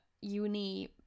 uni